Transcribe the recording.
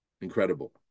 Incredible